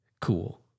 cool